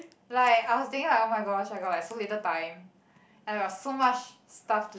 like I was thinking like oh-my-gosh I got like so little time I got so much stuff